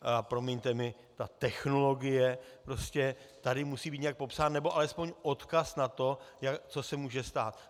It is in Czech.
A promiňte mi, ta technologie prostě tady musí být nějak popsána, nebo alespoň odkaz na to, co se může stát.